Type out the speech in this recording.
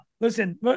Listen